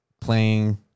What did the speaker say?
playing